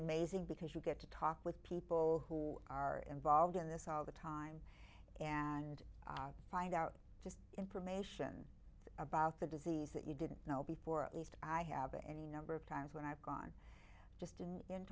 amazing because you get to talk with people who are involved in this all the time and find out just information about the disease that you didn't know before at least i have any number of times when i've gone just in